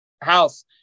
house